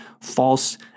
false